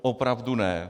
Opravdu ne.